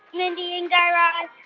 mindy and guy raz.